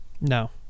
No